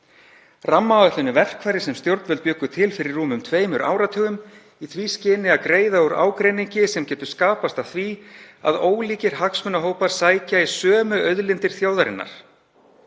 Rammaáætlun er verkfæri sem stjórnvöld bjuggu til fyrir rúmum tveimur áratugum í því skyni að greiða úr ágreiningi sem getur skapast af því að ólíkir hagsmunahópar sækja í sömu auðlindir þjóðarinnar.